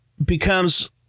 becomes